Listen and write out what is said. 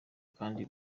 kandi